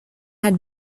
had